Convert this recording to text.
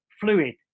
fluid